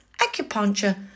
acupuncture